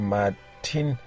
Martin